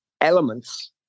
elements